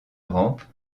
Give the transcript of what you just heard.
rampe